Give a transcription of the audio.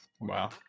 wow